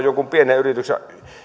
jonkun pienen yrityksen